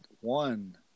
one